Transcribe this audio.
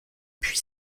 puis